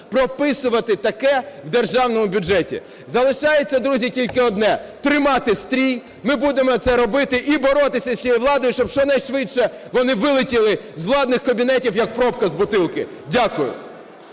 прописувати таке в державному бюджеті. Залишається, друзі, тільки одне – тримати стрій. Ми будемо це робити і боротися з цією владою, щоб щонайшвидше вони вилетіли з владних кабінетів, як пробка з бутылки. Дякую.